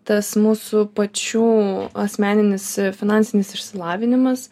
tas mūsų pačių asmeninis finansinis išsilavinimas